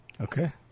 Okay